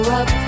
up